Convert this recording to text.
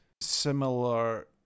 similar